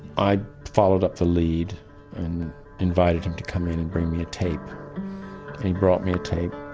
i followed up the lead and invited him to come in and bring me a tape and he brought me a tape